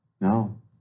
No